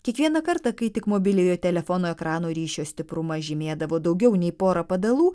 kiekvieną kartą kai tik mobiliojo telefono ekrano ryšio stiprumą žymėdavo daugiau nei pora padalų